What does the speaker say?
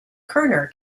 kerner